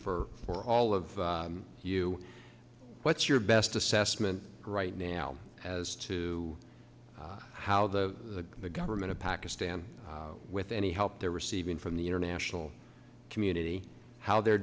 for for all of you what's your best assessment right now as to how the the government of pakistan with any help they're receiving from the international community how they're